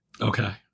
Okay